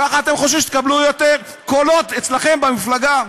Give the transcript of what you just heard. ככה אתם חושבים שתקבלו יותר קולות אצלכם במפלגה.